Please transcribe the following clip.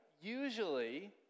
Usually